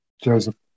Joseph